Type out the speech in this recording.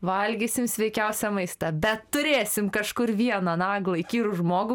valgysim sveikiausią maistą bet turėsim kažkur vieną naglą įkyrų žmogų